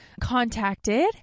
contacted